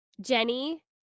Jenny